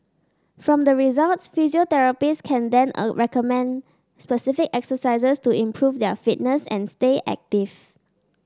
from the results physiotherapists can then recommend specific exercises to improve their fitness and stay active